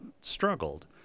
struggled